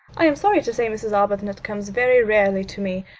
i am sorry to say mrs. arbuthnot comes very rarely to me.